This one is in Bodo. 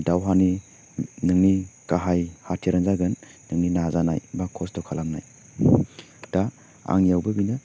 दावहानि नोंनि गाहाय हाथियारानो जागोन नोंनि नाजानाय बा खस्थ' खालामनाय दा आंनियावबो बेनो